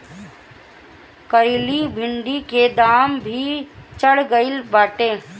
करइली भिन्डी के दाम भी चढ़ गईल बाटे